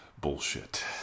bullshit